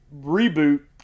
reboot